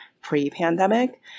pre-pandemic